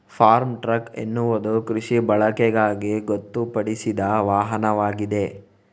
form truck ಎನ್ನುವುದು ಕೃಷಿ ಬಳಕೆಗಾಗಿ ಗೊತ್ತುಪಡಿಸಿದ ವಾಹನವಾಗಿದೆ